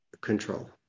control